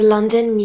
London